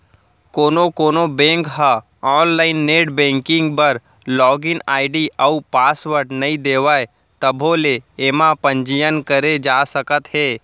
कोनो कोनो बेंक ह आनलाइन नेट बेंकिंग बर लागिन आईडी अउ पासवर्ड नइ देवय तभो ले एमा पंजीयन करे जा सकत हे